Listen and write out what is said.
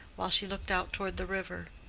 while she looked out toward the river.